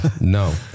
no